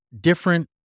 different